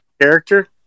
character